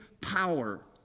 power